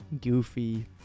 goofy